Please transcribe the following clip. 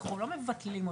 אנחנו לא מבטלים אותה,